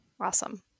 Awesome